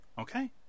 Okay